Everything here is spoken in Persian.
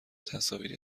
تصاویری